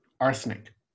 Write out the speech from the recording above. Arsenic